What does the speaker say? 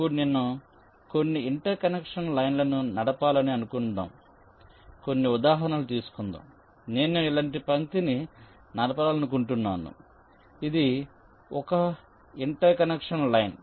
ఇప్పుడు నేను కొన్ని ఇంటర్ కనెక్షన్ లైన్లను నడపాలని అనుకుందాం కొన్ని ఉదాహరణలు తీసుకుందాం నేను ఇలాంటి పంక్తిని నడపాలనుకుంటున్నాను ఇది 1 ఇంటర్ కనెక్షన్ లైన్